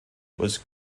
was